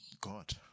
God